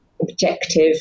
objective